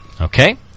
Okay